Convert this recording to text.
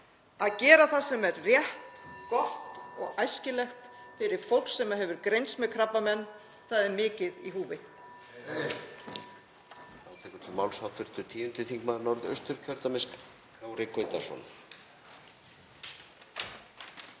hringir.) sem er rétt, gott og æskilegt fyrir fólk sem hefur greinst með krabbamein. Það er mikið í húfi.